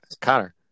Connor